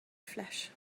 flesh